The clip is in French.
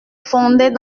fondait